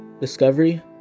discovery